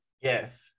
Yes